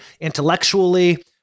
intellectually